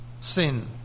sin